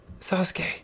Sasuke